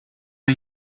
are